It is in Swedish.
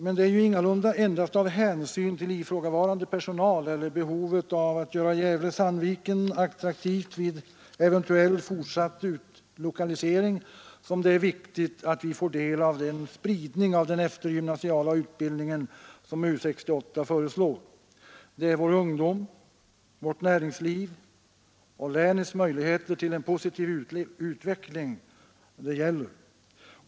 Men det är ju ingalunda endast av hänsyn till ifrågavarande personal eller till behovet av att göra Gävle-Sandviken attraktivt vid eventuell fortsatt utlokalisering som det är viktigt att vi får del av den spridning av den eftergymnasiala utbildningen som U 68 föreslår. Det är vår ungdom, vårt näringsliv och länets möjligheter till en positiv utveckling det gäller.